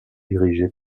dirigée